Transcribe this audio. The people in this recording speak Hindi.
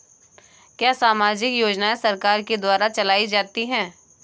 क्या सामाजिक योजनाएँ सरकार के द्वारा चलाई जाती हैं?